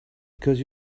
because